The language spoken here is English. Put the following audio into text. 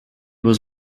was